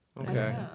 Okay